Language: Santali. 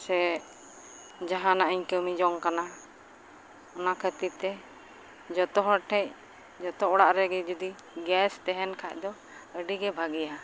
ᱥᱮ ᱡᱟᱦᱟᱱᱟᱜᱼᱤᱧ ᱠᱟᱹᱢᱤ ᱡᱚᱝ ᱠᱟᱱᱟ ᱚᱱᱟ ᱠᱷᱟᱹᱛᱤᱨ ᱛᱮ ᱡᱚᱛᱚ ᱦᱚᱲᱴᱷᱮᱡ ᱡᱚᱛᱚ ᱚᱲᱟᱜ ᱨᱮᱜᱮ ᱡᱩᱫᱤ ᱜᱮᱥ ᱛᱮᱦᱮᱱ ᱠᱷᱟᱡᱫᱚ ᱟᱹᱰᱤᱜᱮ ᱵᱷᱟᱜᱮᱭᱟ